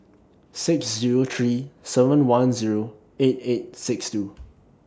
six Zero three seven one Zero eight eight six two